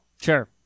Sure